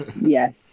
Yes